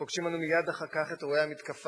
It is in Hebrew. שפוגשים אנו מייד אחר כך את אירועי המתקפה